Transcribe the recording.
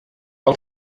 pel